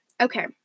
Okay